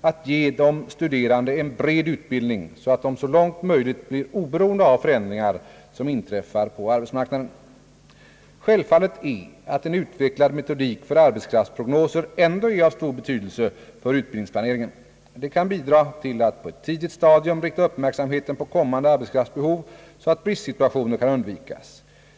att ge de studerande en bred utbildning så att de så långt möjligt blir oberoende av förändringar som inträffar på arbetsmarknaden. Självfallet är en utvecklad metodik för arbetskraftsprognoser ändå av stor betydelse för utbildningsplaneringen. De kan bidra till att på ett tidigt stadium rikta uppmärksamheten på kommande arbetskraftsbehov så att bristsituationer kan undvikas.